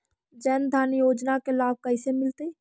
जन धान योजना के लाभ कैसे मिलतै?